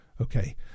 Okay